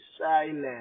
silent